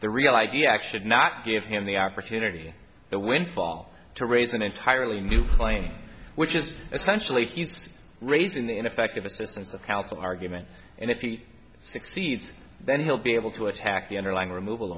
the real i d act should not give him the opportunity to win fall to raise an entirely new plane which is essentially he's raising the ineffective assistance of counsel argument and if you succeed then he'll be able to attack the underlying removal